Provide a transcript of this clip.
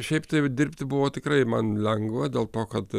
šiaip taip dirbti buvo tikrai man lengva dėl to kad